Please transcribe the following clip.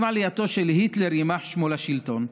עם עלייתו של היטלר יימח שמו לשלטון,